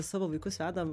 savo vaikus vedam